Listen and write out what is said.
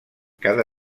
cada